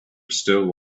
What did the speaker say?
still